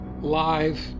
live